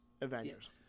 Avengers